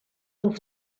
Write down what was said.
have